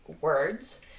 words